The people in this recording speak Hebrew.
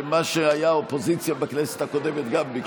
ומה שהיה אופוזיציה בכנסת הקודמת גם ביקשה.